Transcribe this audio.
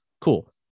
Cool